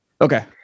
Okay